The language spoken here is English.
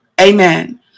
Amen